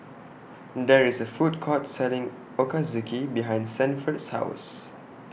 There IS A Food Court Selling Ochazuke behind Sanford's House